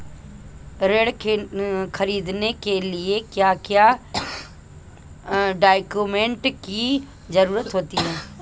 ऋण ख़रीदने के लिए क्या क्या डॉक्यूमेंट की ज़रुरत होती है?